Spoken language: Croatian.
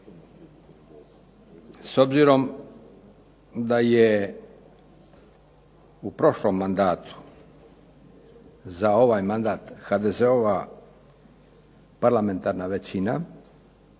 S obzirom da je u prošlom mandatu za ovaj mandat HDZ-ova parlamentarna većina